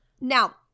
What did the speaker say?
Now